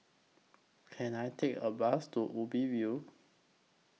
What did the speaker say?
Can I Take A Bus to Ubi View